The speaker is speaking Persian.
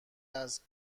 است